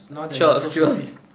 now that you're so sleepy